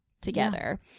together